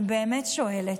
אני באמת שואלת.